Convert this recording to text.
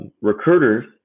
Recruiters